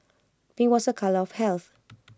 pink was A colour of health